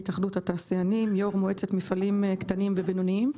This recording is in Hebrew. כן, יו"ר מועצת מפעלים קטנים ובינוניים.